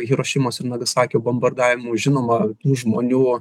hirošimos ir nagasakio bombardavimų žinoma tų žmonių